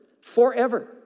forever